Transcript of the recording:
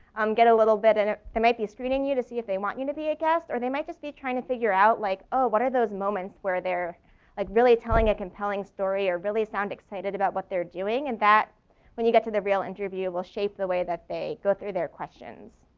um get a little bit and ah there might be screening you to see if they want you to be a guest. or they might just be trying to figure out like, ah what are those moments where they're like really telling a compelling story or really sound excited about what they're doing and that when you get to the real interview will shape the way that they go through their questions.